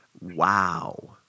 Wow